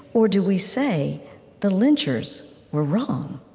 or do we say the lynchers were wrong?